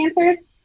answers